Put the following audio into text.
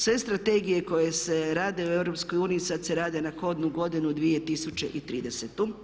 Sve strategije koje se rade u EU sad se rade na kodnu godinu 2030.